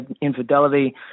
infidelity